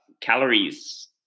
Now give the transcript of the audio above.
calories